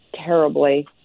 terribly